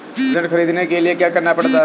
ऋण ख़रीदने के लिए क्या करना पड़ता है?